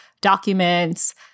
documents